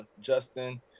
Justin